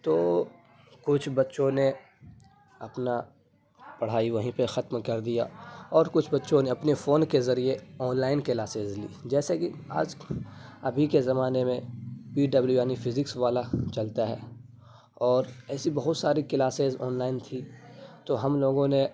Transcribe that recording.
تو کچھ بچوں نے اپنا پڑھائی وہیں پہ ختم کر دیا اور کچھ بچوں نے اپنے فون کے ذریعے آن لائن کلاسز لیں جیسا کہ آج ابھی کے زمانے میں پی ڈبلیو یعنی فزکس والا چلتا ہے اور ایسی بہت ساری کلاسز آن لائن تھیں تو ہم لوگوں نے